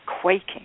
quaking